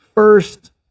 First